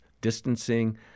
distancing